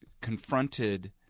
confronted